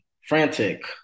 frantic